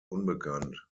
unbekannt